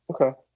Okay